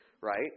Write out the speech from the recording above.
right